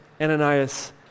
Ananias